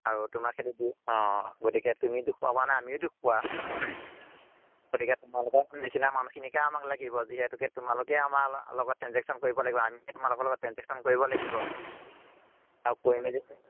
আৰু তোমাৰ দিয়ে অঁ তুমি দোষ পোৱা মানে আমি দোষ পোৱা গতিকে তোমালোকৰ নিচিনা মানুহখিনিকে আমাক লাগিব যিহেতু তোমালোকেই আমাৰ লগত ট্ৰেনজেকচন কৰিব লাগিব আমি তোমালোকৰ লগত ট্ৰেনজেকচন কৰিব লাগিব আৰু কৰি মেলি